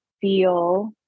feel